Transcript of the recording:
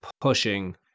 pushing